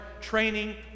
training